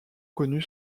connu